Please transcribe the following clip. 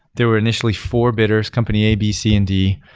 there were initially four bidders, company a, b, c, and d.